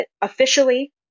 Officially